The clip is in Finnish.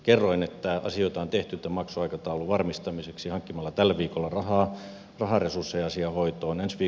kerroin että asioita on tehty tämän maksuaikataulun varmistamiseksi hankkimalla tällä viikolla rahaa raharesurssiasian hoitoon